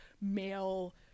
male